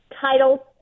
title